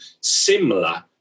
similar